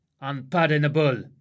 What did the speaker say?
unpardonable